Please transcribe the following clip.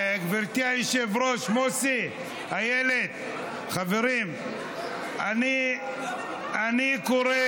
גברתי היושבת-ראש, מוסי, איילת, חברים, אני קורא